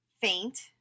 faint